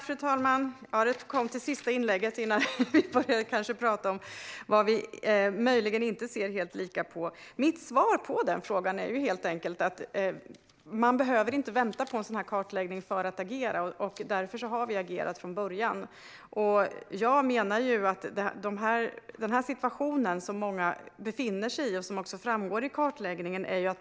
Fru talman! Det kom till sista inlägget innan vi kanske började tala om vad vi möjligen inte ser helt lika på. Mitt svar på frågan är helt enkelt att man inte behöver vänta på en sådan kartläggning för att agera. Därför har vi agerat från början. Situationen som många befinner sig i framgår i kartläggningen.